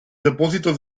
depósitos